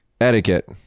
Etiquette